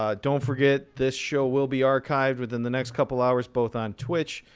ah don't forget this show will be archived within the next couple hours both on twitch,